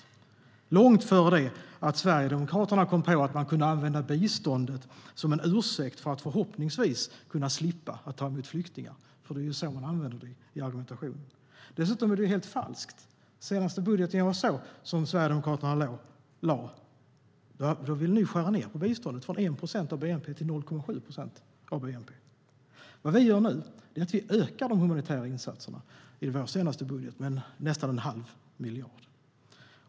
Det var långt före det att Sverigedemokraterna kom på att man kunde använda biståndet som en ursäkt för att förhoppningsvis kunna slippa ta emot flyktingar, för det är ju så man använder det i argumentationen. Dessutom är det helt falskt. I den senaste budgeten jag såg som Sverigedemokraterna lade ville ni skära ned på biståndet från 1 procent av bnp till 0,7 procent av bnp. Vad vi gör nu är att vi ökar de humanitära insatserna i vår senaste budget med nästan en halv miljard.